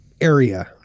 area